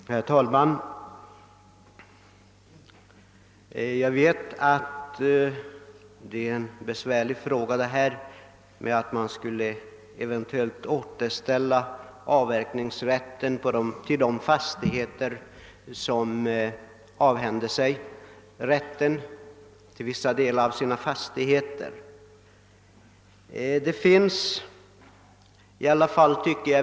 Herr talman! Jag vet att det är en besvärlig sak att eventuellt återställa avverkningsrätten för de fastighetsägare som avhänt sig vissa delar av sin mark.